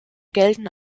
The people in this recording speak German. gelten